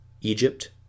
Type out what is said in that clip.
Egypt